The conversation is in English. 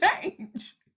change